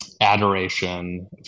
adoration